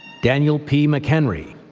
daniel p. mchenry,